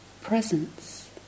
presence